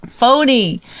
phony